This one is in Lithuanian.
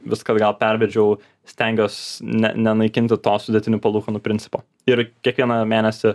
viską atgal pervedžiau stengiuos ne nenaikinti to sudėtinių palūkanų principo ir kiekvieną mėnesį